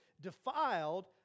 defiled